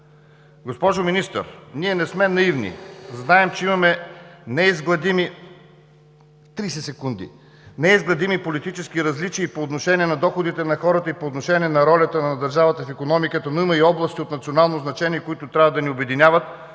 Госпожо Министър, ние не сме наивни. Знаем, че имаме неизгладими политически различия по отношение на доходите на хората и по отношение на ролята на държавата в икономиката, но има и области от национално значение, които трябва да ни обединяват.